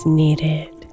needed